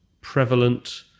prevalent